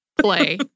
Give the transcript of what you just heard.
play